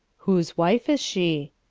who's wife is she?